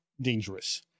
dangerous